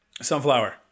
Sunflower